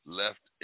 left